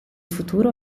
futuro